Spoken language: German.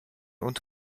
und